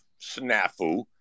snafu